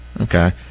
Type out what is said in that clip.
Okay